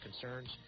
concerns